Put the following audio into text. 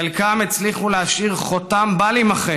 חלקם הצליחו להשאיר חותם בל יימחה